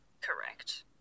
correct